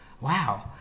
wow